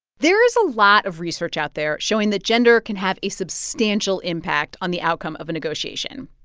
there is a lot of research out there showing that gender can have a substantial impact on the outcome of a negotiation.